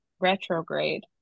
retrograde